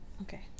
Okay